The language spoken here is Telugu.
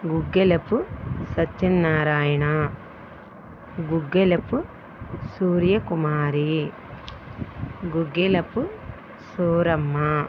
గుగ్గిలపు సత్యనారాయణ గుగ్గిలపు సూర్యకుమారి గుగ్గిలపు సూరమ్మ